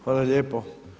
Hvala lijepo.